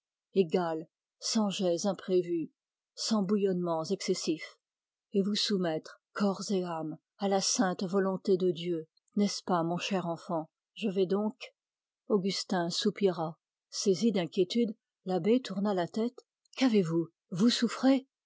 égale sans jets imprévus sans bouillonnements excessifs et vous soumettre corps et âme à la sainte volonté de dieu n'est-ce pas mon cher enfant je vais donc augustin soupira saisi d'inquiétude l'abbé tourna la tête qu'avez-vous vous souffrez